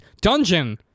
dungeon